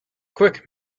quick